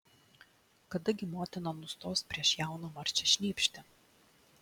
kada gi motina nustos prieš jauną marčią šnypšti